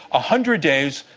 ah hundred days,